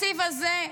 בתקציב הזה,